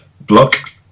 block